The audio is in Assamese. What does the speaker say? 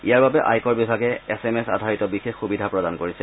ইয়াৰ বাবে আয়কৰ বিভাগে এছ এম এছ আধাৰিত বিশেষ সুবিধা প্ৰদান কৰিছে